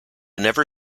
never